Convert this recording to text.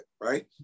right